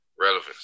relevance